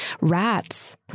rats